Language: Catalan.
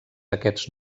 aquests